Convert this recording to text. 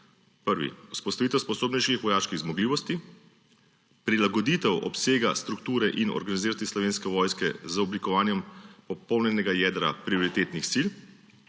Prvi, vzpostavitev sposobnejših vojaških zmogljivosti. Prilagoditev obsega, strukture in organiziranosti Slovenske vojske z oblikovanjem popolnjenega jedra prioritetnih sil.